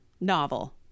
novel